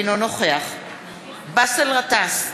אינו נוכח באסל גטאס,